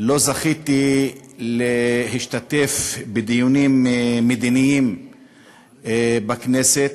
לא זכיתי להשתתף בדיונים מדיניים בכנסת,